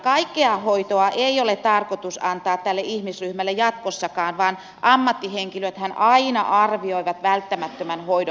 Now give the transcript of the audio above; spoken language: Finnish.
kaikkea hoitoa ei ole tarkoitus antaa tälle ihmisryhmälle jatkossakaan vaan ammattihenkilöthän aina arvioivat välttämättömän hoidon tarpeen